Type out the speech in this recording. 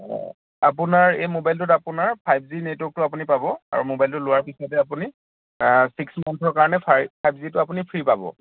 আপোনাৰ এই মোবাইলটোত আপোনাৰ ফাইভ জি নেটৱৰ্কটো আপুনি পাব আৰু মোবাইলটো লোৱাৰ পিছতে আপুনি ছিক্স মান্থৰ কাৰণে ফা ফাইভ জিটো আপুনি ফ্ৰী পাব